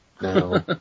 No